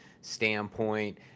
standpoint